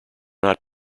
not